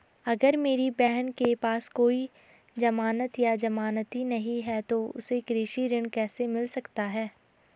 अगर मेरी बहन के पास कोई जमानत या जमानती नहीं है तो उसे कृषि ऋण कैसे मिल सकता है?